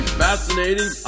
fascinating